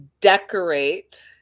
decorate